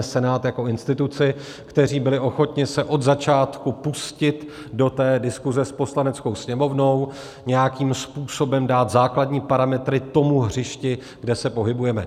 Senát jako instituci kteří byli ochotni se od začátku pustit do diskuse s Poslaneckou sněmovnou, nějakým způsobem dát základní parametry tomu hřišti, kde se pohybujeme.